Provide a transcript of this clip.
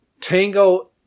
Tango